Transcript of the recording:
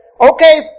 Okay